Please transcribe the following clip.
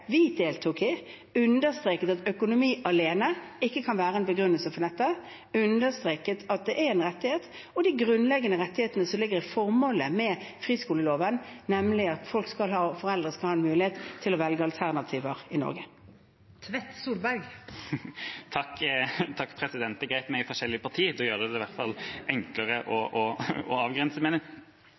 understreket at økonomi alene ikke kan være en begrunnelse for dette, og understreket at det er en rettighet. Og det er en av de grunnleggende rettighetene som ligger i formålet med friskoleloven, nemlig at foreldre skal ha en mulighet til å velge alternativer i Norge. Tvedt Solberg – til oppfølgingsspørsmål. Det er greit at vi er i forskjellige partier, det gjør det i hvert fall enklere å